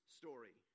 story